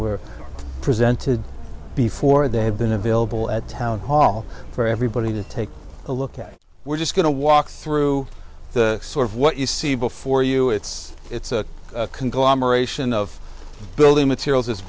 were presented before they have been available at town hall for everybody to take a look at we're just going to walk through the sort of what you see before you it's it's a conglomeration of building materials as